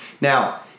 Now